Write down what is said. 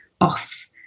off